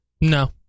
No